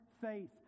faith